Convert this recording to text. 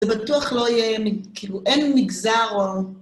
זה בטוח לא יהיה, כאילו, אין מגזר או...